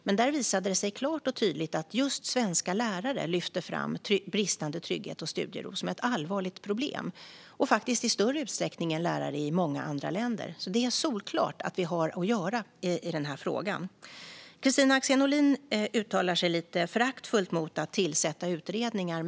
Men där visade det sig klart och tydligt att just svenska lärare lyfter fram bristande trygghet och studiero som ett allvarligt problem, och i större utsträckning än lärare i många andra länder. Det är alltså solklart att vi har att göra i den frågan. Kristina Axén Olin uttalar sig lite föraktfullt om att tillsätta utredningar.